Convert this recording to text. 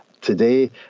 today